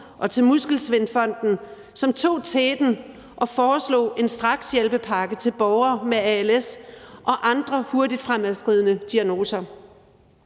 og til Muskelsvindfonden, som tog teten og foreslog en strakshjælpepakke til borgere med als og andre hurtigt fremadskridende sygdomme.